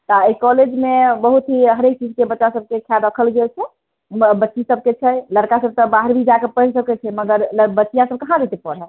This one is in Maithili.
तऽ एहि कॉलेजमे बहुत ही हरेक चीजके बच्चा सबके इच्छा राखल गेल छै बच्ची सबके छै लड़का सब तऽ बाहर भी जाकऽ पढ़ि सकैत छियै मगर लड़की बचिया सब कहाँ जयतै पढ़ऽ